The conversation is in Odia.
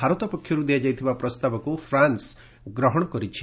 ଭାରତ ପକ୍ଷରୁ ଦିଆଯାଇଥିବା ପ୍ରସ୍ତାବକୁ ଫ୍ରାନ୍ସ ଗ୍ରହଣ କରିଛି